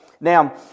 Now